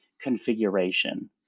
configuration